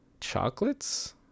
chocolates